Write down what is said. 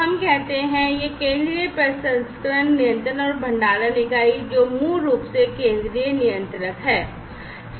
हम कहते हैं कि यह केंद्रीय प्रसंस्करण नियंत्रण और भंडारण इकाई है जो मूल रूप से केंद्रीय नियंत्रक है